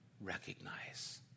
recognize